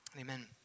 Amen